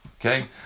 Okay